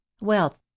Wealth